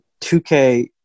2K